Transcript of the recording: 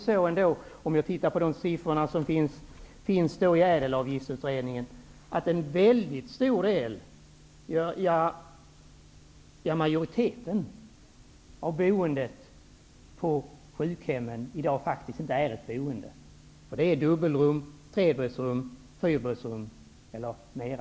Men om man tittar på de siffror som finns i Ädelavgiftsutredningen, ser man att en mycket stor del av boendet på sjukhemmen i dag faktiskt inte är ett boende. Det är dubbelrum, trebäddsrum, fyrbäddsrum eller mer.